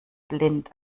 blind